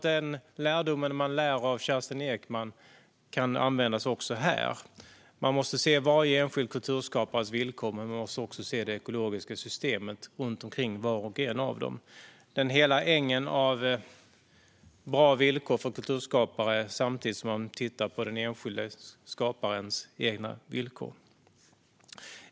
Den lärdom man drar av Kerstin Ekman kan användas också här. Man måste se varje enskild kulturskapares villkor, men man måste också se det ekologiska systemet runt omkring var och en av dem. Man måste se till hela ängen av bra villkor för kulturskapare samtidigt som man tittar på den enskilda skaparens egna villkor.